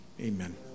amen